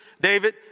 David